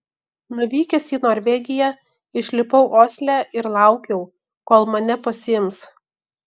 nuvykęs į norvegiją išlipau osle ir laukiau kol mane pasiims